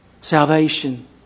Salvation